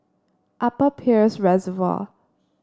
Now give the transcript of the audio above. Upper Peirce Reservoir